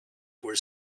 were